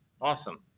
Awesome